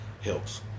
helps